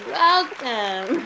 welcome